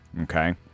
okay